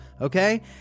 okay